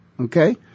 okay